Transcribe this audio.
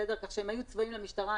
הם היו צבועים למשטרה,